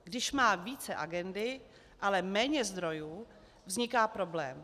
Když má více agendy, ale méně zdrojů, vzniká problém.